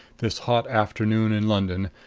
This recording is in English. this hot afternoon in london,